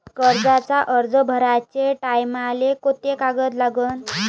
कर्जाचा अर्ज भराचे टायमाले कोंते कागद लागन?